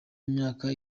imyaka